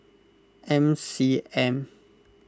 M C M